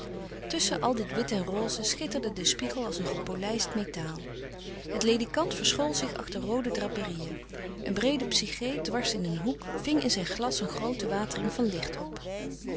tusschen al dit wit en roze schitterde de spiegel als gepolijst metaal het ledikant verschool zich achter roode draperieën een breede psyché dwars in een hoek ving in zijn glas een groote watering van licht op